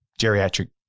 geriatric